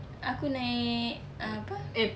aku naik apa